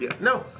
No